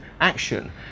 action